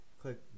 Click